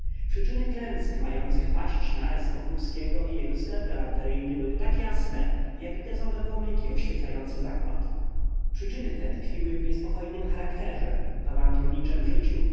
przyczyny klęsk mających paść na s wokulskiego i jego sklep galanteryjny były tak jasne jak gazowe płomyki oświetlające zakład przyczyny te tkwiły w niespokojnym charakterze w awanturniczem życiu